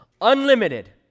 unlimited